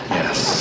yes